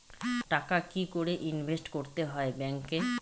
টাকা কি করে ইনভেস্ট করতে হয় ব্যাংক এ?